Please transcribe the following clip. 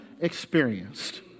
experienced